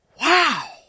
Wow